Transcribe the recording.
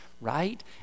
right